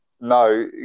No